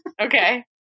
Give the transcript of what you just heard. Okay